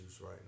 right